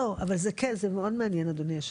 זה מאוד מעניין אדוני יושב הראש.